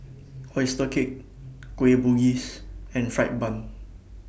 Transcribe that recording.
Oyster Cake Kueh Bugis and Fried Bun